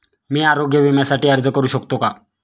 मी आरोग्य विम्यासाठी अर्ज करू शकतो का?